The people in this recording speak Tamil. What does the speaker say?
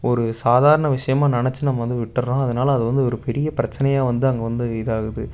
ஒரு சாதாரண விஷயமாக நினச்சி நம்ம வந்து விட்டுறோம் அதனால அது வந்து ஒரு பெரிய பிரச்சனையாக வந்து அங்கே வந்து இதாக ஆகுது